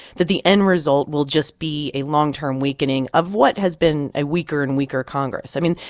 that the end result will just be a long-term weakening of what has been a weaker and weaker congress. i mean,